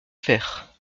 faire